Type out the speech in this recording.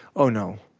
oh no.